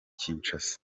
kinshasa